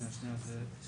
כאן בדיונים לגבי החוק הזה